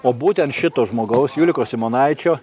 o būtent šito žmogaus juliuko simonaičio